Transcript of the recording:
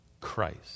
Christ